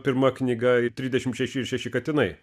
pirma knyga trisdešimt šeši ir šeši katinai